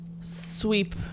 sweep